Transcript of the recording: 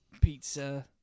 pizza